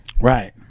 right